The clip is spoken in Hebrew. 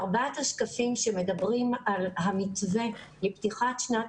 ארבעת השקפים שמדברים על המתווה לפתיחת שנת